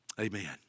Amen